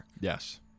Yes